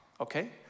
Okay